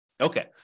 Okay